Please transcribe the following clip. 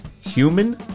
human